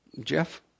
Jeff